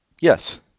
Yes